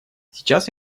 сейчас